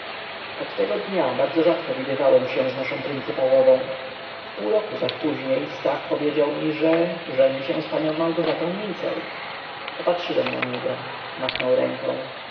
od tego dnia bardzo rzadko widywałem się z naszą pryncypałową w pół roku zaś później stach powiedział mi że żeni się z panią małgorzatą mincel popatrzyłem na niego machnął ręką